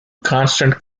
constant